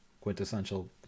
Quintessential